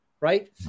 right